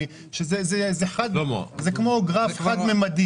שזה כמו גרף חד-ממדי.